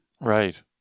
right